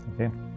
Okay